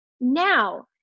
now